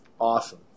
Awesome